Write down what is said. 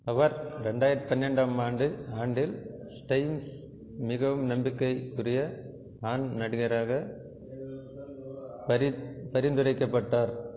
அவர் ரெண்டாயிரத்து பன்னெண்டாம் ஆண்டு ஆண்டில் ஸ்டைம்ஸ் மிகவும் நம்பிக்கைக்குரிய ஆண் நடிகராக பரி பரிந்துரைக்கப்பட்டார்